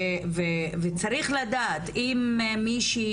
וצריך לדעת אם מישהי,